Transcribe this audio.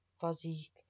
fuzzy